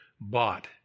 bought